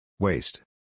Waste